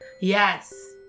Yes